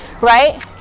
right